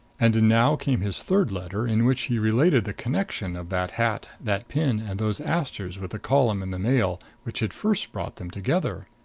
and now came his third letter, in which he related the connection of that hat, that pin and those asters with the column in the mail which had first brought them together.